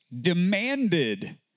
demanded